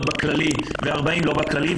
במגזר הכללי ו-40% לא רוצות לעבוד במגזר הכללי,